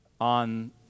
on